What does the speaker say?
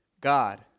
God